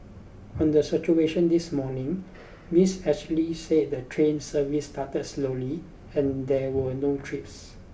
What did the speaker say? on the situation this morning Miss Ashley said the train service started slowly and there were no trips